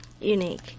Unique